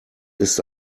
ist